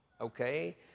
okay